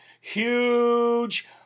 huge